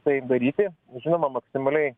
tai daryti žinoma maksimaliai